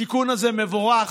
התיקון הזה מבורך,